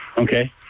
Okay